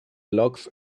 lux